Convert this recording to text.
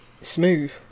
smooth